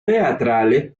teatrales